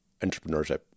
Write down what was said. entrepreneurship